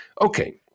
Okay